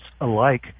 alike